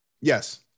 yes